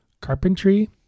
carpentry